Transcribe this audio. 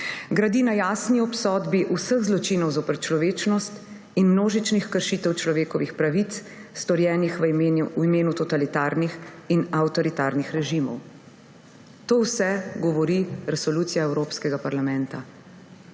Gradi na jasni obsodbi vseh zločinov zoper človečnost in množičnih kršitev človekovih pravic, storjenih v imenu totalitarnih in avtoritarnih režimov. To vse govori Resolucija Evropskega parlamenta.